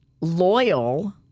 loyal